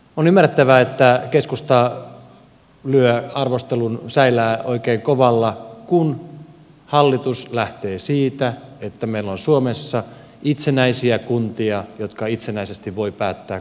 on ymmärrettävää että keskusta lyö arvostelun säilää oikein kovalla kun hallitus lähtee siitä että meillä on suomessa itsenäisiä kuntia jotka itsenäisesti voivat päättää kuntalaistensa asioista